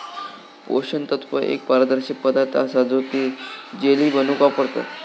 पोषण तत्व एक पारदर्शक पदार्थ असा तो जेली बनवूक वापरतत